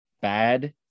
bad